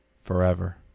forever